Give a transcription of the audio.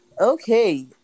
Okay